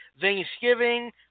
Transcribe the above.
Thanksgiving